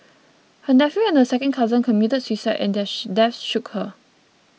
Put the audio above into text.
her nephew and a second cousin committed suicide and their deaths shook her